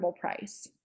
price